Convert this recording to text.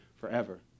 forever